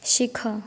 ଶିଖ